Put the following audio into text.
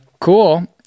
cool